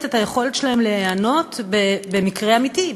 את היכולת שלהם להיענות במקרה אמיתי,